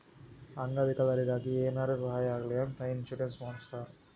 ಅಂಗ ವಿಕಲರಿಗಿ ಏನಾರೇ ಸಾಹಾಯ ಆಗ್ಲಿ ಅಂತ ಇನ್ಸೂರೆನ್ಸ್ ಮಾಡಸ್ತಾರ್